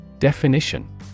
Definition